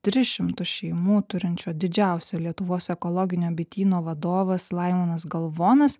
tris šimtus šeimų turinčio didžiausio lietuvos ekologinio bityno vadovas laimonas galvonas